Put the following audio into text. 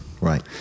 Right